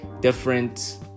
different